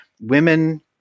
Women